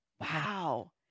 Wow